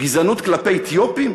גזענות כלפי אתיופים?